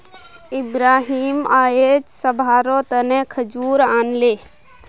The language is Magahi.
इब्राहिम अयेज सभारो तने खजूर आनले